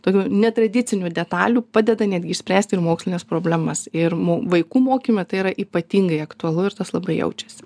tokių netradicinių detalių padeda netgi išspręsti ir mokslines problemas ir mo vaikų mokyme tai yra ypatingai aktualu ir tas labai jaučiasi